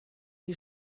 die